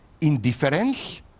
indifference